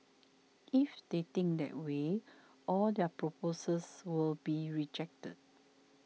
if they think that way all their proposals will be rejected